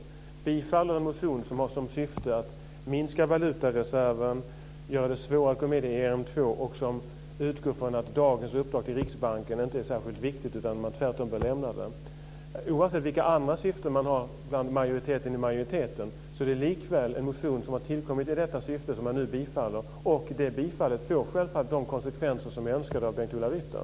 Majoriteten tillstyrker en motion som har som syfte att minska valutareserven, göra det svårare att gå med i ERM 2 och utgår från att dagens uppdrag till Riksbanken inte är särskilt viktigt utan att man tvärtom bör lämna det. Oavsett vilka andra syften som majoriteten av majoriteten har är det likväl en motion som har tillkommit i detta syfte som den nu tillstyrker. Det bifallet får självfallet de konsekvenser som är önskade av Bengt-Ola Ryttar.